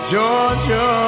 Georgia